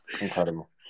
Incredible